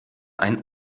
ein